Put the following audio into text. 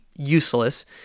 Useless